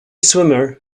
swimmer